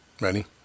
Ready